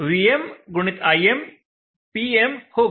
Vm गुणित Im Pm होगा